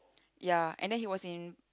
ya and then he was in